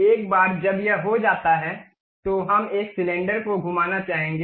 एक बार जब यह हो जाता है तो हम एक सिलेंडर को घुमाना चाहेंगे